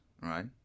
right